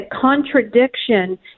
contradiction